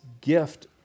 gift